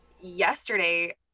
yesterday